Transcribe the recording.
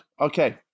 okay